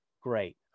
Great